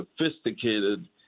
sophisticated